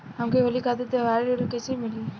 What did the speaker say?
हमके होली खातिर त्योहारी ऋण कइसे मीली?